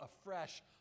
afresh